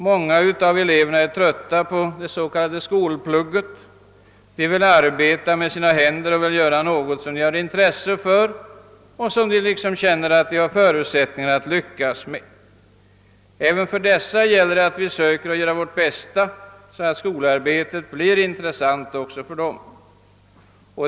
Många av eleverna är trötta på det s.k. skolplugget; de vill arbeta med sina händer och göra något som de har intresse för och känner att de har förutsättningar att lyckas med. Även här gäller det att göra vårt bästa, så att skolarbetet blir intressant även för dessa elever.